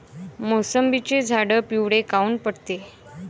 मोसंबीचे झाडं पिवळे काऊन पडते?